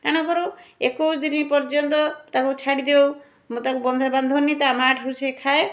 ଟାଣ କରାଉ ଏକୋଇଶ ଦିନ ପର୍ଯନ୍ତ ତାକୁ ଛାଡ଼ି ଦେଉ ମୁଁ ତାକୁ ବନ୍ଧରେ ବାନ୍ଧୁନି ତା' ମା'ଠାରୁ ସିଏ ଖାଏ